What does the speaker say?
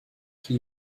qui